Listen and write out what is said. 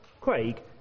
Craig